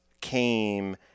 came